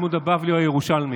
אדוני היושב-ראש,